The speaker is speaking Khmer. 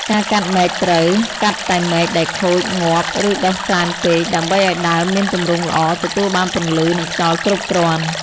ការកាត់មែកត្រូវ កាត់តែមែកដែលខូច ងាប់ ឬដុះច្រើនពេក ដើម្បីឱ្យដើមមានទម្រង់ល្អ ទទួលបានពន្លឺ និងខ្យល់គ្រប់គ្រាន់។